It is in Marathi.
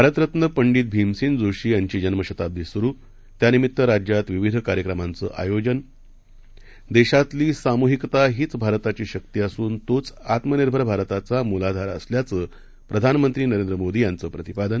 भारतरत्नपंडितभीमसेनजोशीयांचीजन्मशताब्दीसुरु त्यानिमित्तराज्यातविविधकार्यक्रमांचंआयोजन देशातलीसामूहिकताहीचभारताचीशक्तीअसूनतोचआत्मनिर्भरभारताचामूलाधारअसल्याचंप्रधानमंत्रीनरेंद्रमोदीयांचं प्रतिपादन